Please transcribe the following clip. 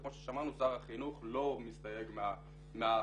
וכמו ששמענו שר החינוך לא מסתייג מהאחריות